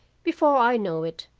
before i know it,